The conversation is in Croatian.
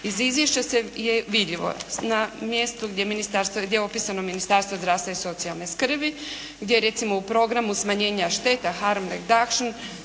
Iz izvješća je vidljivo, na mjestu gdje ministarstvo, gdje je opisano Ministarstvo zdravstva i socijalne skrbi, gdje recimo u programu smanjenja šteta harm eduction